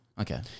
Okay